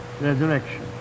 resurrection